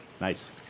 Nice